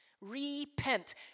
Repent